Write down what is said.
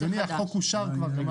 אדוני, החוק כבר אושר.